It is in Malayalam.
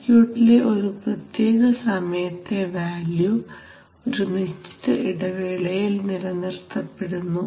സർക്യൂട്ടിലെ ഒരു പ്രത്യേക സമയത്തെ വാല്യൂ ഒരു നിശ്ചിത ഇടവേളയിൽ നിലനിർത്തപ്പെടുന്നു